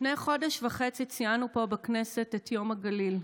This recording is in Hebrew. לפני חודש וחצי ציינו פה בכנסת את יום הגליל,